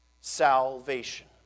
salvation